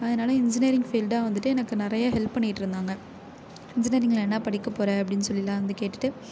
அதனால் இன்ஜினியரிங் ஃபீல்டாக வந்துட்டு எனக்கு நிறைய ஹெல்ப் பண்ணிகிட்ருந்தாங்க இன்ஜினியரிங்கில் என்ன படிக்கப் போகிறே அப்படின்னு சொல்லில்லாம் வந்து கேட்டுகிட்டு